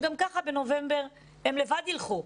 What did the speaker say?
שגם ככה בנובמבר הם לבד ילכו.